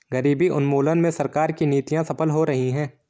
गरीबी उन्मूलन में सरकार की नीतियां सफल हो रही हैं